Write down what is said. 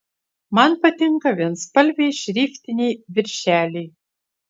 man patinka vienspalviai šriftiniai viršeliai